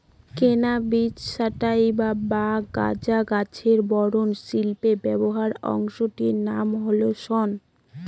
cannabis sativa বা গাঁজা গাছের বয়ন শিল্পে ব্যবহৃত অংশটির নাম হল শন